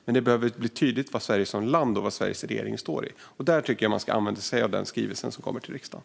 Men det behöver bli tydligt var Sverige som land och Sveriges regering står. Jag tycker att man ska använda sig av den skrivelse som ska lämnas till riksdagen.